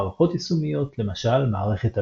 מערכות יישומיות,